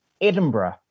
Edinburgh